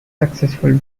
successful